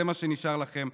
זה מה שנשאר לכם.